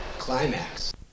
Climax